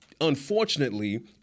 unfortunately—